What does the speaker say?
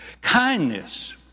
Kindness